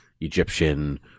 egyptian